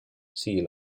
sea